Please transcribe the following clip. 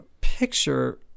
picture